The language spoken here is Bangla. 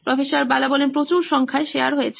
প্রফ্ বালা প্রচুর সংখ্যক শেয়ার হয়েছে